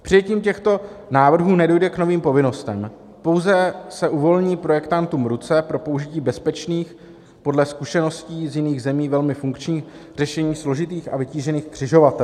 Přijetím těchto návrhů nedojde k novým povinnostem, pouze se uvolní projektantům ruce pro použití bezpečných, podle zkušeností z jiných zemí velmi funkčních řešení složitých a vytížených křižovatek.